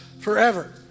forever